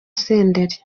senderi